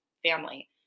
Family